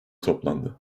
toplandı